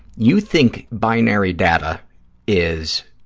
you think binary data is,